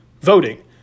Voting